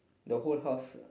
the whole house